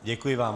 Děkuji vám.